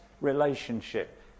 relationship